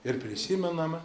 ir prisimename